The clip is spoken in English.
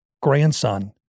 grandson